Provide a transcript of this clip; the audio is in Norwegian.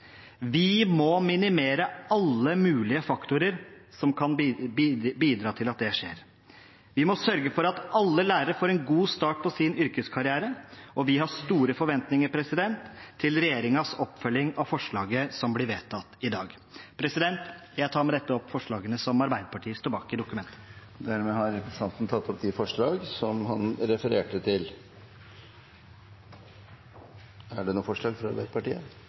Vi må minimere alle mulige faktorer som kan bidra til at det skjer. Vi må sørge for at alle lærere får en god start på sin yrkeskarriere, og vi har store forventninger til regjeringens oppfølging av forslaget som blir vedtatt i dag. I det dokumentet vi nå diskuterer, fremmes det tre forslag: fjerning av firerkravet i matematikk for opptak til grunnskolelærerutdanningen, vurdering av andre og mer egnede former for opptakskrav enn dagens opptakskrav til